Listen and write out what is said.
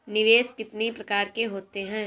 निवेश कितनी प्रकार के होते हैं?